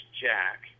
Jack